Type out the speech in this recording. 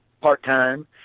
part-time